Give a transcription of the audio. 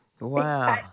Wow